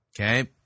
okay